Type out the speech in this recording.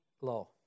law